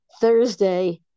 Thursday